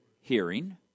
hearing